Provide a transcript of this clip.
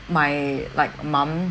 my like mum